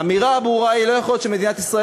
האמירה הברורה היא שלא יכול להיות שמדינת ישראל